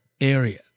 area